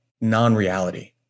non-reality